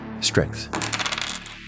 Strength